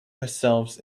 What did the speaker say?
herself